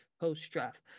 post-draft